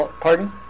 Pardon